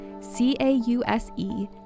C-A-U-S-E